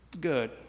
good